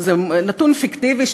וזה נתון פיקטיבי,